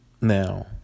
Now